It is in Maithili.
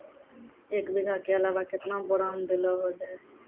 एक बीघा के अलावा केतना बोरान देलो हो जाए?